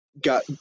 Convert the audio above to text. Got